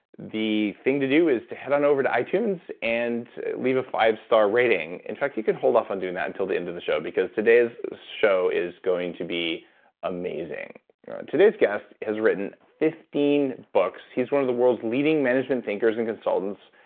the thing to do is head on over to itunes and leave a five-star rating. in fact, you can hold off on doing that until the end of the show, because today's show is going to be amazing today's guest has written fifteen books. he's one of the world's leading management thinkers and consultants,